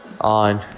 On